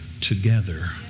together